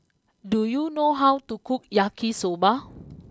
do you know how to cook Yakisoba